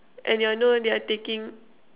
and you know they are taking